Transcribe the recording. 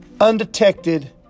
undetected